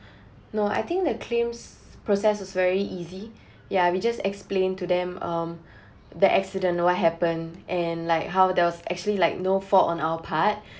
no I think the claims process is very easy ya we just explain to them um the accident what happened and like how there was actually like no fault on our part